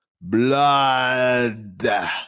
Blood